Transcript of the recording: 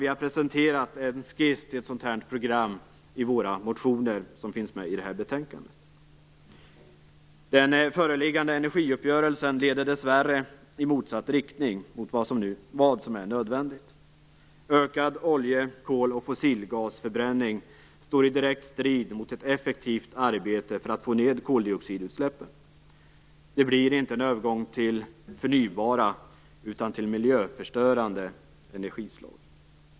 Vi har presenterat en skiss till ett sådant program i våra motioner som finns med i betänkandet. Den föreliggande energiuppgörelsen leder dessvärre i motsatt riktning mot vad som är nödvändigt. Ökad olje-, kol och fossilgasförbränning står i direkt strid mot ett effektivt arbete för att få ned koldioxidutsläppen. Det blir inte en övergång till förnybara utan till miljöförstörande energislag.